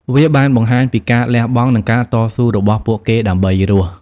វាបានបង្ហាញពីការលះបង់ និងការតស៊ូរបស់ពួកគេដើម្បីរស់។